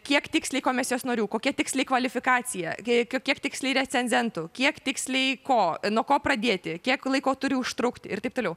kiek tiksliai komisijos narių kokia tiksliai kvalifikacija kie kiek tiksliai recenzentų kiek tiksliai ko nuo ko pradėti kiek laiko turi užtrukti ir taip toliau